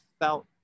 felt